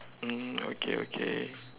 mm okay okay